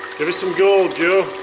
give me some gold, joe.